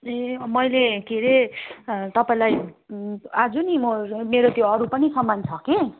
ए मैले के हरे तपाईँलाई आज नि म मेरो त्यो अरू पनि सामान छ कि